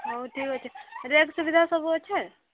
ହୋଉ ଠିକ ଅଛି ରିଆକ୍ ସୁବିଧା ସବୁ ଅଛେ